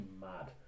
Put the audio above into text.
mad